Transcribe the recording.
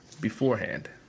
beforehand